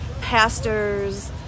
pastors